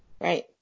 Right